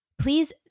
Please